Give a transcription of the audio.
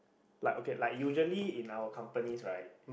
like okay like usually in our company's right